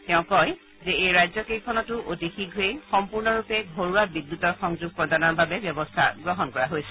তেওঁ কয় যে এই ৰাজ্য কেইখনতো অতি শীঘ্ৰেই সম্পূৰ্ণৰূপে ঘৰুৱা বিদ্যুতৰ সংযোগ প্ৰদানৰ বাবে ব্যৱস্থা গ্ৰহণ কৰা হৈছে